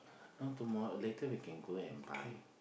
not tomorrow later we can go and buy